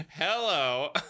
Hello